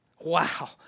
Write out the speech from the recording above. Wow